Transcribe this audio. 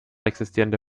existierende